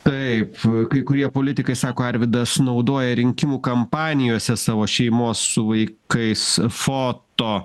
taip kai kurie politikai sako arvydas naudoja rinkimų kampanijose savo šeimos su vaikais foto